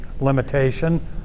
limitation